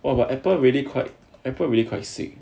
what about apple really quite apple really quite sick